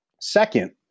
Second